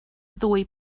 ddwy